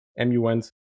MUNs